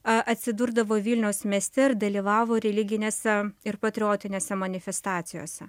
a atsidurdavo vilniaus mieste ir dalyvavo religinėse ir patriotinėse manifestacijose